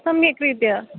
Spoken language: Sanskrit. सम्यग्रीत्या